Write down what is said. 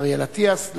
אריאל אטיאס,